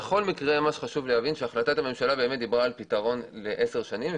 חשוב להבין שהחלטת הממשלה דיברה על פתרון לעשר שנים,